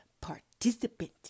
participant